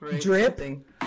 Drip